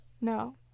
no